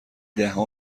دهها